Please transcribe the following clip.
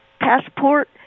passport